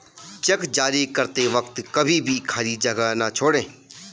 check जारी करते वक्त कभी भी खाली जगह न छोड़ें